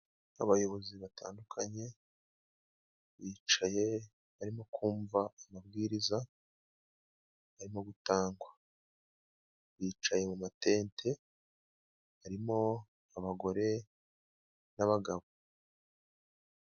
Abayobozi batandukanye bicaye barimo kumva amabwiriza, arimo gutangwa. Bicaye mu matente harimo abagore n'abagabo.